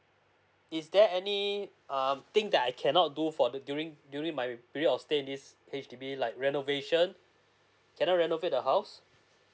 is there any err thing that I cannot do for the during during my period of staying in this H_D_B like renovation cannot renovate the house